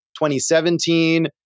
2017